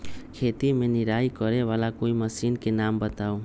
खेत मे निराई करे वाला कोई मशीन के नाम बताऊ?